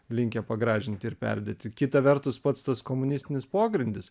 linkę pagražinti ir perdėti kita vertus pats tas komunistinis pogrindis